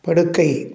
படுக்கை